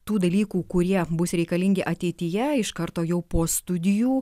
tų dalykų kurie bus reikalingi ateityje iš karto jau po studijų